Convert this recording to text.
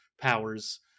powers